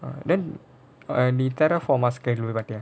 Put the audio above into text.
um then நீ:nee terra formers கேள்வி பற்றிய:kelvi patriyaa